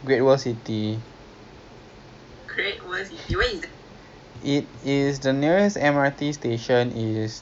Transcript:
tersalah so lah so the ten token right is for a bipedal bicycle